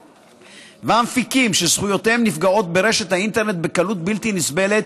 והמפיקים שזכויותיהם נפגעות באינטרנט בקלות בלתי נסבלת,